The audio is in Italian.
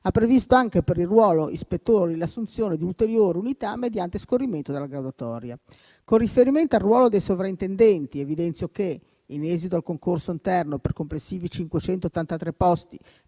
ha previsto per il ruolo ispettori l'assunzione di ulteriori unità mediante scorrimento della graduatoria. Con riferimento al ruolo dei sovrintendenti, evidenzio che, in esito al concorso interno per complessivi 583 posti